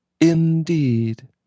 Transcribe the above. Indeed